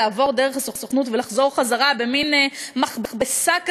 לעבור דרך הסוכנות ולחזור חזרה במין מכבסה כזאת,